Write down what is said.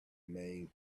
mains